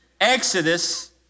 Exodus